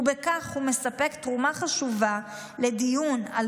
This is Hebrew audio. ובכך הוא מספק תרומה חשובה לדיון על